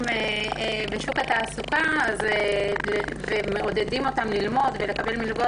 בשוק התעסוקה ומעודדים אותם ללמוד ולקבל מלגות,